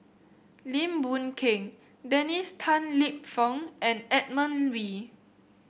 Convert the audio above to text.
Lim Boon Keng Dennis Tan Lip Fong and Edmund Wee